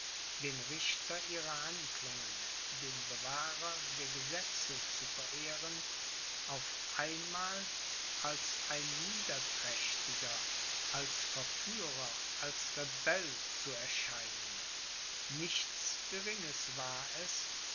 den richter ihrer handlungen den bewahrer der gesetze zu verehren auf einmal als ein niederträchtiger als verführer als rebell zu erscheinen nichts geringes war es